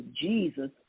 jesus